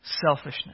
selfishness